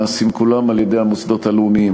נעשות כולן על-ידי המוסדות הלאומיים.